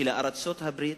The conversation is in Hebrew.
שלארצות-הברית,